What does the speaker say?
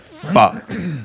fucked